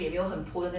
ya but